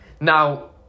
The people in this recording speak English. now